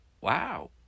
Wow